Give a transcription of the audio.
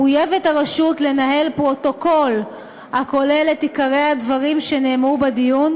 מחויבת הרשות לנהל פרוטוקול הכולל את עיקרי הדברים שנאמרו בדיון,